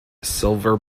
silver